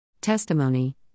Testimony